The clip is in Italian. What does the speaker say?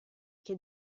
che